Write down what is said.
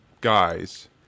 guys